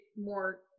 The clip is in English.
more